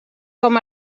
com